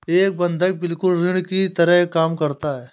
एक बंधक बिल्कुल ऋण की तरह काम करता है